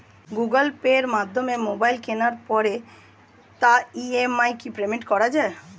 Google পের মাধ্যমে mobile কেনার পরে তার ই.এম.আই কি পেমেন্ট করা যায়?